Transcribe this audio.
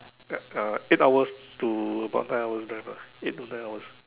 like uh eight hours to about nine hours drive ah eight to nine hours